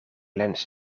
lens